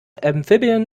amphibian